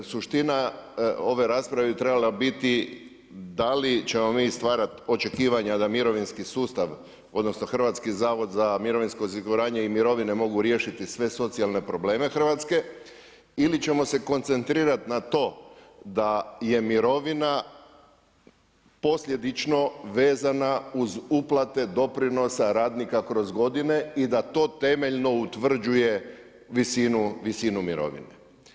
Suština ove rasprave bi trebala biti da li ćemo mi stvarati očekivanja da mirovinski sustav, odnosno Hrvatski zavod za mirovinsko osiguranje i mirovine mogu riješiti sve socijalne probleme Hrvatske ili ćemo se koncentrirat na to da je mirovina posljedično vezana uz uplate doprinosa radnika kroz godine i da to temeljno utvrđuje visinu mirovine.